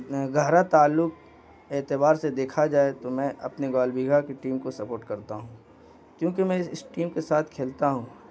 گہرا تعلق اعتبار سے دیکھا جائے تو میں اپنے گال بیگھا کی ٹیم کو سپورٹ کرتا ہوں کیونکہ میں اس اس ٹیم کے ساتھ کھیلتا ہوں